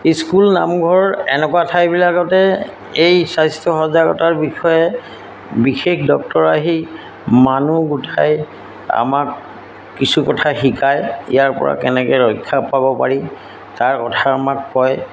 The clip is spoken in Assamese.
স্কুল নামঘৰ এনেকুৱা ঠাইবিলাকতে এই স্বাস্থ্য সজাগতাৰ বিষয়ে বিশেষ ডক্তৰ আহি মানুহ গোটাই আমাক কিছু কথা শিকায় ইয়াৰ পৰা কেনেকৈ ৰক্ষা পাব পাৰি তাৰ কথা আমাক কয়